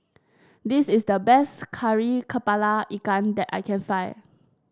this is the best Kari kepala Ikan that I can find